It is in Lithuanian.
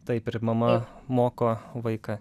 taip ir mama moko vaiką